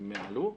הם דיברו.